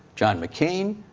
john mccain.